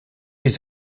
les